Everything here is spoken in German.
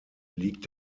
liegt